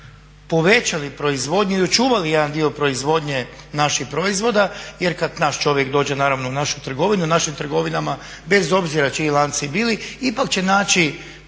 povećali proizvodnju i očuvali jedan dio proizvodnje naših proizvoda jer kad naš čovjek dođe naravno u našu trgovinu, u našim trgovinama bez obzira čiji lanci bili ipak će naći